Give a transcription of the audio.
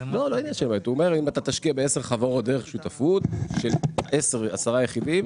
אומר אם אתה תשקיע ב-10 חברות דרך שותפות של 10 יחידים,